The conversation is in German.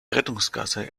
rettungsgasse